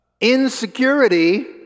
Insecurity